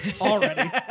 already